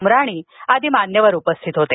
उमराणी आदी मान्यवर उपस्थित होते